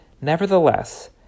Nevertheless